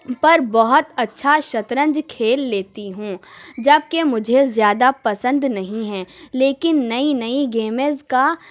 پر بہت اچھا شطرنج کھیل لیتی ہوں جب کہ مجھے زیادہ پسند نہیں ہے لیکن نئی نئی گیمیز کا